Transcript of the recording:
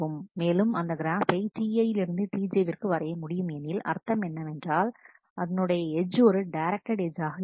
மேலும் நாம் அந்த கிராஃபை Ti யிலிருந்து Tj விற்கு வரைய முடியும் எனில் அர்த்தம் என்னவென்றால் அதனுடைய எட்ஜ் ஒரு டைரக்டடு எட்ஜ் ஆக இருக்கும்